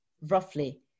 roughly